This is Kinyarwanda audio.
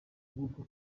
bwuko